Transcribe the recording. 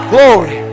Glory